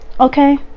Okay